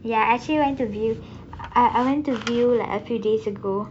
ya I actually went to view I I went to view like a few days ago